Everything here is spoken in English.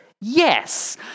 Yes